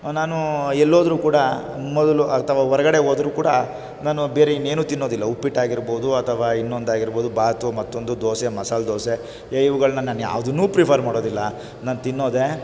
ನಾನು ಎಲ್ಲೋದರೂ ಕೂಡ ಮೊದಲು ಅಥವಾ ಹೊರಗಡೆ ಹೋದ್ರೂ ಕೂಡ ನಾನು ಬೇರೆ ಇನ್ನೇನೂ ತಿನ್ನೋದಿಲ್ಲ ಉಪ್ಪಿಟ್ಟಾಗಿರ್ಬೋದು ಅಥವಾ ಇನ್ನೊಂದಾಗಿರ್ಬೋದು ಭಾತು ಮತ್ತೊಂದು ದೋಸೆ ಮಸಾಲ ದೋಸೆ ಏ ಇವುಗಳನ್ನ ನಾನು ಯಾವುದನ್ನೂ ಪ್ರಿಫರ್ ಮಾಡೋದಿಲ್ಲ ನಾನು ತಿನ್ನೋದೇ